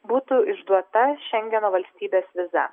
būtų išduota šengeno valstybės viza